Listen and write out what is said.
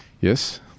Yes